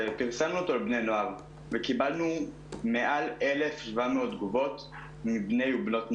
פרסמנו אותו לבני הנוער וקיבלנו מעל 1,700 תגובות מבני ובנות נוער,